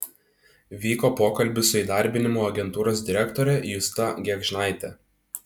vyko pokalbis su įdarbinimo agentūros direktore justa gėgžnaite